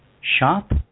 shop